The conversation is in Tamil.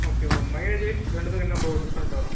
ஓகே ப்ரோ மைலேஜ் வைஸ் ரெண்டுத்துக்கும் என்ன ப்ரோ டிஃப்ரெண்ட் வரும்